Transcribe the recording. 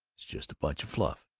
it's just a bunch of fluff.